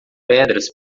pedras